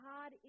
God